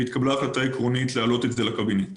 והתקבלה החלטה עקרונית להעלות את זה לקבינט.